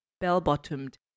bell-bottomed